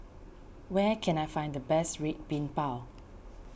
where can I find the best Red Bean Bao